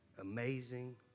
amazing